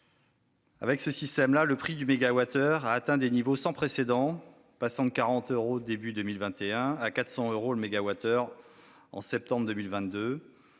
avec le système actuel, le prix du mégawattheure a atteint des niveaux sans précédent, passant de 40 euros début 2021 à 400 euros en septembre 2022.